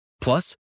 Plus